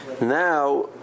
now